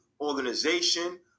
organization